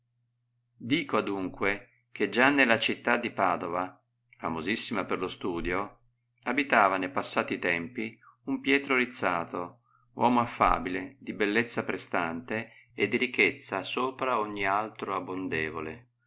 dico adunque che già nella città di padova famosissima per lo studio abitava ne passati tempi un pietro rizzato uomo affabile di bellezza prestante e di ricchezza sopra ogni altro abondevole